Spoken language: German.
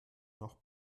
nach